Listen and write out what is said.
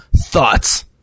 Thoughts